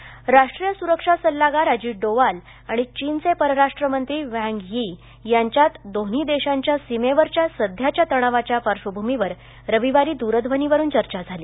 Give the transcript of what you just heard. अजित डोवाल राष्ट्रीय सुरक्षा सल्लागार अजित डोवाल आणि चीनचे परराष्ट्र मंत्री वांग यी यांच्यात दोन्ही देशांच्या सीमेवरच्या सध्याच्या तणावाच्या पार्श्वभूमीवर रविवारी दूरध्वनीवरून चर्चा झाली